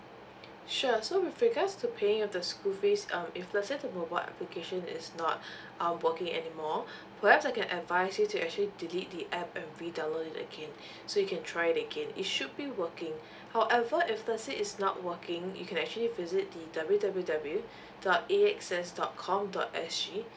sure so with regards to paying off the school fees um if let's say the mobile application is not uh working anymore perhaps I can advise you to actually delete the app and redownload it again so you can try it again it should be working however if let's say is not working you can actually visit the W W W dot A X S dot com dot S G